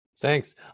Thanks